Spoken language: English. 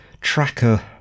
tracker